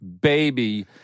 baby